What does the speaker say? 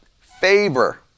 Favor